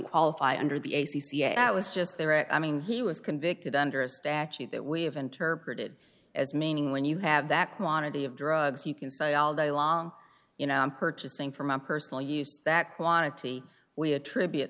qualify under the a c c i was just there i mean he was convicted under a statute that we have interpreted as meaning when you have that quantity of drugs you can say all day long you know i'm purchasing for my personal use that quantity we attribute